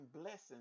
blessings